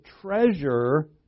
treasure